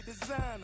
designer